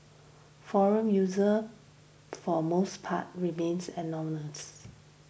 forum user for most part remains anonymous